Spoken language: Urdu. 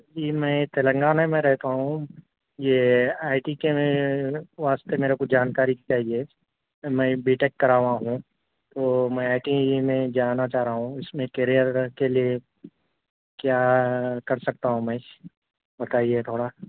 جی میں تلنگانہ میں رہتا ہوں یہ آئی ٹی کے واسطے میرے کو جانکاری چاہیے میں بی ٹیک کرا ہوا ہوں تو میں آئی ٹی میں جانا چاہ رہا ہوں اس میں کریئر کے لیے کیا کر سکتا ہوں میں بتائیے تھوڑا